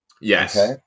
Yes